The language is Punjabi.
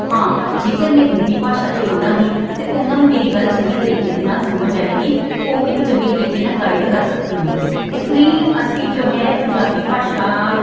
ਹਾਂ ਜੇਕਰ ਮੈਂ ਹਿੰਦੀ ਭਾਸ਼ਾ 'ਚ ਬੋਲਾਂਗੀ ਤਾਂ ਉਹਨਾਂ ਨੂੰ ਮੇਰੀ ਗੱਲ ਚੰਗੇ ਤਰੀਕੇ ਦੇ ਨਾਲ ਸਮਝ ਆਏਗੀ ਅਤੇ ਉਹ ਮੈਨੂੰ ਚੰਗੇ ਤਰੀਕੇ ਨਾਲ ਗਾਈਡ ਕਰ ਸਕਣਗੇ ਇਸ ਲਈ ਅਸੀਂ ਜੋ ਹੈ ਪੰਜਾਬੀ ਭਾਸ਼ਾ